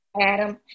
Adam